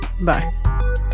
Bye